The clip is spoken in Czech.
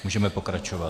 Můžeme pokračovat.